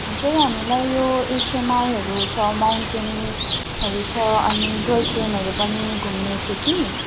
हजुर हामीलाई यो एचएमआईहरू छ माउन्टेनिङहरू छ अनि टोई ट्रेनहरू पनि घुम्ने थियो कि